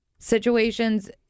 Situations